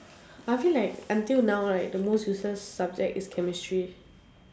I feel like until now right the most useless subject is chemistry